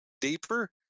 deeper